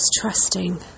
trusting